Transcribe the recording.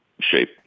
shape